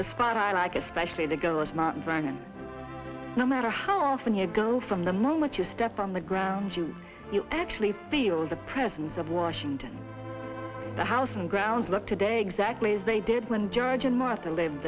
the spot i like especially the go it's not running no matter how often you go from the moment you step on the ground you actually feel the presence of washington the house and grounds look today exactly as they did when george and martha live